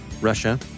Russia